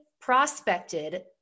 prospected